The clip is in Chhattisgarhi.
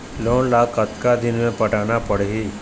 लोन ला कतका दिन मे पटाना पड़ही?